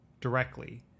directly